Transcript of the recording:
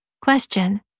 Question